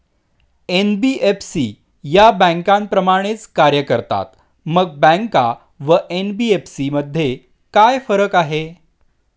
NBFC या बँकांप्रमाणेच कार्य करतात, मग बँका व एन.बी.एफ.सी मध्ये काय फरक आहे?